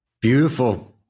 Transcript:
Beautiful